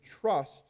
trust